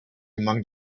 among